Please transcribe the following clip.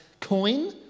coin